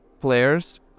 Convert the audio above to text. players